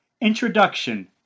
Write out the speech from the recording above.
Introduction